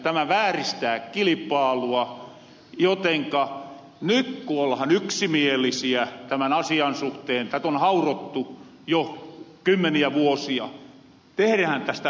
tämä vääristää kilipaalua jotenka nyt ku ollahan yksimielisiä tämän asian suhteen tät on haurottu jo kymmeniä vuosia teherähän tästä totta